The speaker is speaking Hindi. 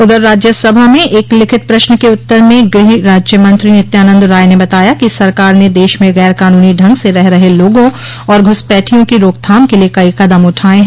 उधर राज्यसभा में एक लिखित प्रश्न के उत्तर में गृह राज्य मंत्री नित्यानंद राय ने बताया कि सरकार ने देश में गर कानूनी ढंग से रह रहे लोगों और घुसपैठियों की रोकथाम के लिए कई कदम उठाये हैं